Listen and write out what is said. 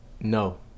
No